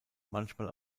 manchmal